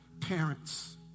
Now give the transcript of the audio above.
parents